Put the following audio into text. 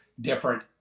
different